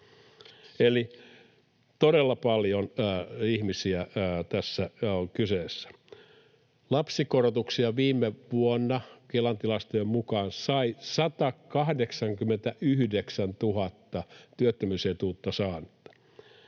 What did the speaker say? Eli todella paljon ihmisiä tässä on kyseessä. Lapsikorotuksia viime vuonna Kelan tilastojen mukaan sai 189 000 työttömyysetuutta saanutta.